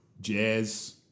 Jazz